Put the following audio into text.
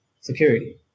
security